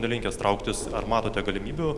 nelinkęs trauktis ar matote galimybių